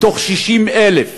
מתוך 60,000 עובדים,